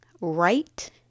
right